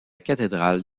cathédrale